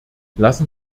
lassen